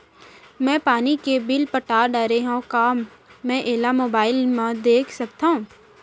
मैं पानी के बिल पटा डारे हव का मैं एला मोबाइल म देख सकथव?